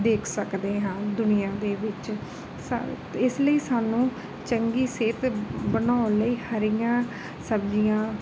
ਦੇਖ ਸਕਦੇ ਹਾਂ ਦੁਨੀਆ ਦੇ ਵਿੱਚ ਸ ਇਸ ਲਈ ਸਾਨੂੰ ਚੰਗੀ ਸਿਹਤ ਬਣਾਉਣ ਲਈ ਹਰੀਆਂ ਸਬਜ਼ੀਆਂ